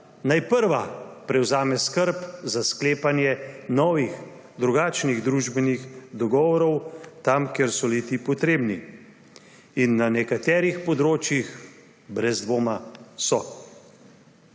naj prvi prevzame skrb za sklepanje novih, drugačnih družbenih dogovorov tam, kjer so le-ti potrebni, in na nekaterih področjih brez dvoma so.